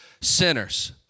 sinners